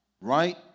right